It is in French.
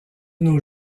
nos